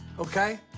okay?